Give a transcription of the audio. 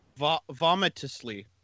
Vomitously